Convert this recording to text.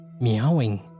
meowing